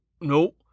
no